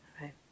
right